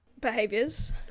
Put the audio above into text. behaviors